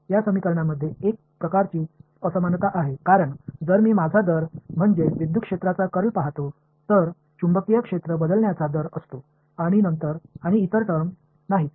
या समीकरणांमध्ये एक प्रकारची असमानता आहे कारण जर मी माझा दर म्हणजे विद्युत क्षेत्राचा कर्ल पाहतो तर चुंबकीय क्षेत्र बदलण्याचा दर असतो आणि इतर टर्म नाहीत